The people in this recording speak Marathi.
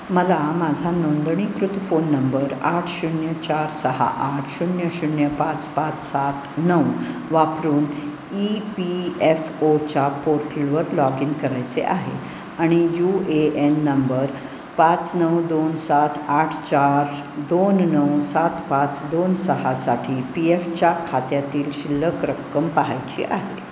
मला माझा नोंदणीकृत फोन नंबर आठ शून्य चार सहा आठ शून्य शून्य पाच पाच सात नऊ वापरून ई पी एफ ओच्या पोर्टलवर लॉग इन करायचे आहे आणि यू ए एन नंबर पाच नऊ दोन सात आठ चार दोन नऊ सात पाच दोन सहासाठी पी एफच्या खात्यातील शिल्लक रक्कम पाहायची आहे